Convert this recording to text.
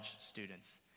students